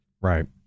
Right